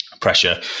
pressure